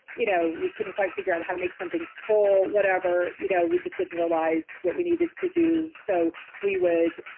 you know we couldn't quite figure out how to make something scroll, whatever, you know we just didn't realize what we needed to do. so we would